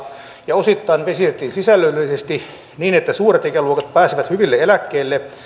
ja osittain vesitettiin sisällöllisesti niin että suuret ikäluokat pääsivät hyville eläkkeille